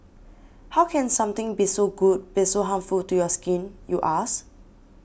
how can something be so good be so harmful to your skin you ask